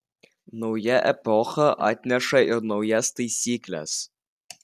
nauja epocha atneša ir naujas taisykles